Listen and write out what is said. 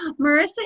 Marissa